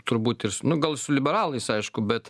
turbūt ir nu gal su liberalais aišku bet